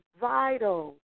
vital